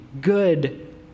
good